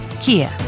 Kia